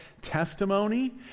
testimony